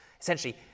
essentially